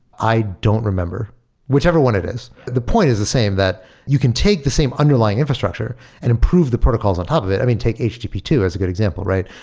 i don't remember whichever one it is. the point is the same, that you can take the same underlying infrastructure and improve the protocols on top of it. i mean, take h t t p two as a good example, right?